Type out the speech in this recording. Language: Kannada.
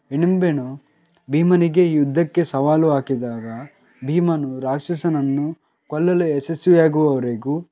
ಹಿಡಿಂಬನು ಭೀಮನಿಗೆ ಯುದ್ಧಕ್ಕೆ ಸವಾಲು ಹಾಕಿದಾಗ ಭೀಮನು ರಾಕ್ಷಸನನ್ನು ಕೊಲ್ಲಲು ಯಶಸ್ವಿಯಾಗುವವರೆಗೂ